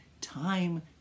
time